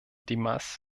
dimas